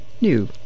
new